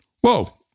Whoa